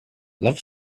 love